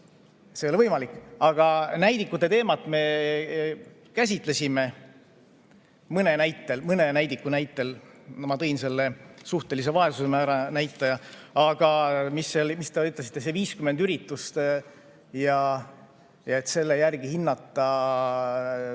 ei ole võimalik, aga näidikute teemat me käsitlesime mõne näidiku näitel. Ma tõin selle suhtelise vaesuse määra näitaja. Aga see, mis te ütlesite, see 50 üritust ja et selle järgi hinnata